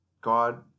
God